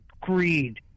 greed